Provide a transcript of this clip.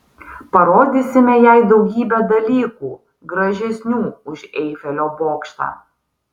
parodysime jai daugybę dalykų gražesnių už eifelio bokštą